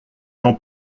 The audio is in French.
jean